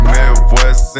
Midwest